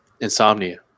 Insomnia